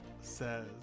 says